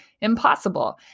impossible